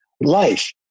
life